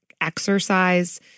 exercise